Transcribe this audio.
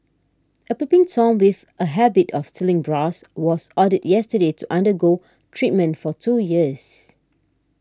a peeping tom with a habit of stealing bras was ordered yesterday to undergo treatment for two years